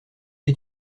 est